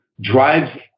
drives